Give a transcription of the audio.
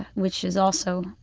which is also,